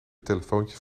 telefoontjes